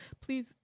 please